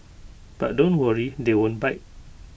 but don't worry they won't bite